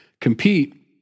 compete